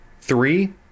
Three